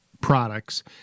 products